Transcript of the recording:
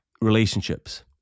relationships